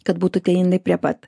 kad būtų tie indai prie pat